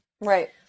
Right